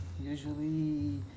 usually